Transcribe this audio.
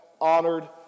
honored